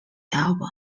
album